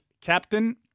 captain